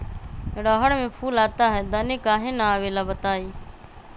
रहर मे फूल आता हैं दने काहे न आबेले बताई?